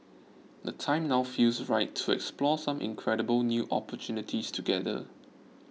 the time now feels right to explore some incredible new opportunities together